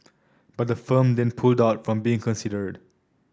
but the firm then pulled out from being considered